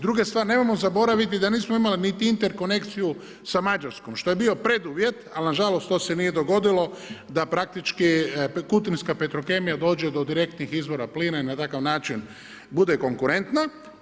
Druga stvar, nemojmo zaboraviti da nismo imali niti interkonekciju sa Mađarskom što je bio preduvjet, ali nažalost to se nije dogodilo da praktički Kutinska Petrokemija dođe do direktnih izvora plina i na takav način bude konkurentna.